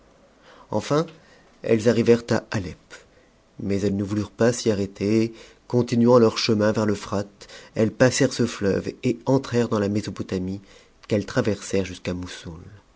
enfin elles arrivèrent à alep mais elles ne voulurent pas s'y arrête et continuant leur chemin vers l'euphrate eues passèrent ce fleuve et entrèrent dans la mésopotamie qu'elles traversèrent jusqu'à moussoul